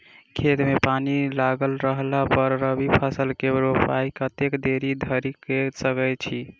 खेत मे पानि लागल रहला पर रबी फसल केँ रोपाइ कतेक देरी धरि कऽ सकै छी?